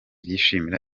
bishimira